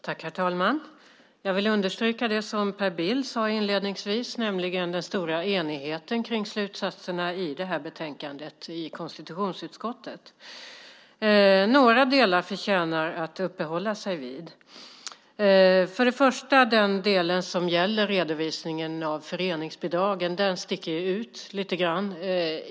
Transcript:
Herr talman! Jag vill understryka det som Per Bill sade inledningsvis, nämligen den stora enigheten kring slutsatserna i det här betänkandet i konstitutionsutskottet. Några delar förtjänar att uppehålla sig vid. Den delen som gäller redovisningen av föreningsbidragen sticker ut lite grann.